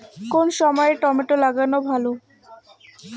কোন সময় টমেটো লাগালে ভালো হবে?